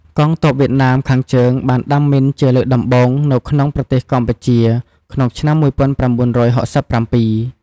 កងទ័ពវៀតណាមខាងជើងបានដាំមីនជាលើកដំបូងនៅក្នុងប្រទេសកម្ពុជាក្នុង ឆ្នាំ ១៩៦៧។